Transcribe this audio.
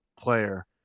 player